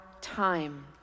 time